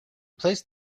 placed